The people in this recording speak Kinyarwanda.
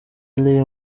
lee